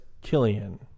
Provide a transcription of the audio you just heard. Killian